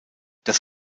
das